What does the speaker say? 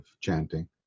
chanting